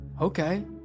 Okay